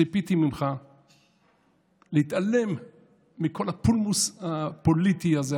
ציפיתי ממך להתעלם מכל הפולמוס הפוליטי הזה.